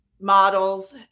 models